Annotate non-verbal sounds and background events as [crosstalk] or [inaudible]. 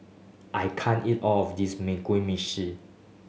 I can't eat all of this [unintelligible] meshi